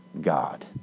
God